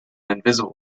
invisible